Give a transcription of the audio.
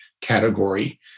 category